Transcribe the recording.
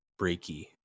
breaky